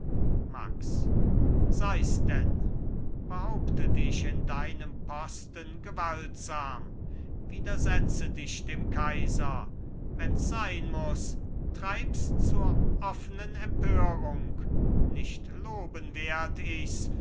max seis denn behaupte dich in deinem posten gewaltsam widersetze dich dem kaiser wenns sein muß treibs zur offenen empörung nicht loben werd ichs